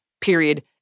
Period